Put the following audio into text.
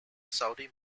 saudi